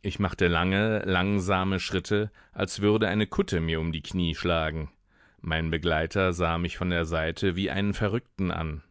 ich machte lange langsame schritte als würde eine kutte mir um die knie schlagen mein begleiter sah mich von der seite wie einen verrückten an